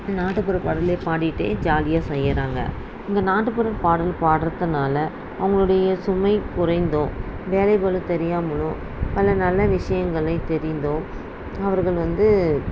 நாட்டுப்புற பாடல்களை பாடிகிட்டே ஜாலியாக செய்யறாங்க இந்த நாட்டுப்புற பாடல் பாடுறதினால அவர்களுடைய சுமை குறைந்தோ வேலை பளு தெரியாமலோ அல்ல நல்ல விஷயங்களை தெரிந்தோ அவர்கள் வந்து